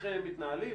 כפתיחה,